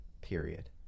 period